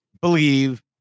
believe